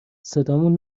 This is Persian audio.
صدامون